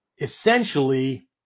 Essentially